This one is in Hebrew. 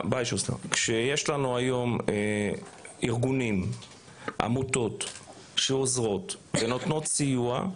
כשיש ארגונים ועמותות שעוזרים ונותנים סיוע,